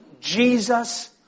Jesus